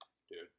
Dude